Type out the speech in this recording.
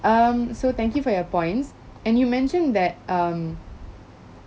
um so thank you for your points and you mentioned that um